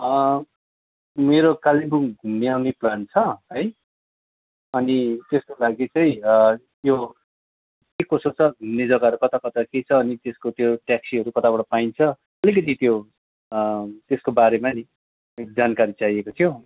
मेरो कालिम्पोङ घुम्ने आउने प्लान छ है अनि त्यसको लागि चाहिँ त्यो के कसो छ घुम्ने जग्गाहरू कता कता के छ अनि त्यसको त्यो ट्याक्सीहरू कताबाट पाइन्छ अलिकिति त्यो त्यसको बारेमा नि जानकारी चाहिएको थियो